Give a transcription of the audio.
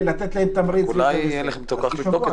אולי תוך שבוע,